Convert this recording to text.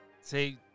See